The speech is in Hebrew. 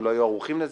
הם לא היו ערוכים לזה,